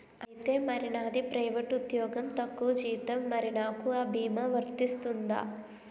ఐతే మరి నాది ప్రైవేట్ ఉద్యోగం తక్కువ జీతం మరి నాకు అ భీమా వర్తిస్తుందా?